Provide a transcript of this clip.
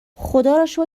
خداروشکر